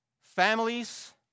families